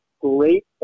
great